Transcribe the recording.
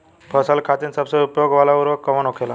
फसल के खातिन सबसे उपयोग वाला उर्वरक कवन होखेला?